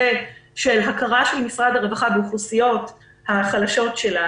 של הכרה של משרד הרווחה באוכלוסיות החלשות שלנו.